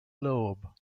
loeb